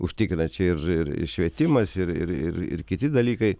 užtikrina čia ir ir ir švietimas ir ir ir ir kiti dalykai